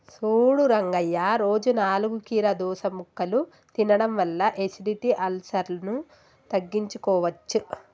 సూడు రంగయ్య రోజు నాలుగు కీరదోస ముక్కలు తినడం వల్ల ఎసిడిటి, అల్సర్ను తగ్గించుకోవచ్చు